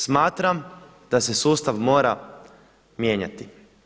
Smatram da se sustav mora mijenjati.